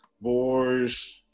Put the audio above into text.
boys